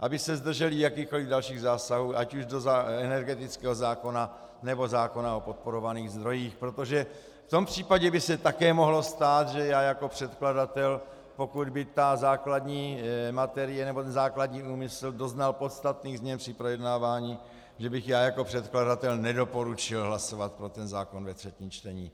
aby se zdrželi jakýchkoliv dalších zásahů ať už do energetického zákona, nebo zákona o podporovaných zdrojích, protože v tom případě by se také mohlo stát, že já jako předkladatel, pokud by základní materie nebo základní úmysl doznal podstatných změn při projednávání, že bych já jako předkladatel nedoporučil hlasovat pro ten zákon ve třetím čtení.